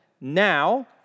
Now